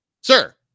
Sir